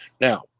now